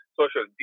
social